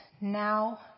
now